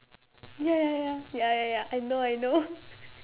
ya ya ya ya ya ya I know I know